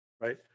Right